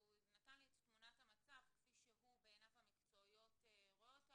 הוא נתן לי את תמונת המצב כפי שהוא בעיניו המקצועיות רואה אותה.